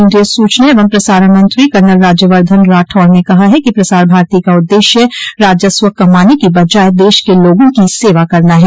केन्द्रीय सूचना एवं प्रसारण मंत्री कर्नल राज्यवर्द्वन राठौड़ ने कहा है कि प्रसार भारती का उद्देश्य राजस्व कमाने की बजाय देश के लोगों की सेवा करना है